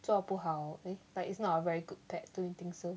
做不好 eh like it's not a very good pet don't you think so